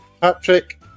Patrick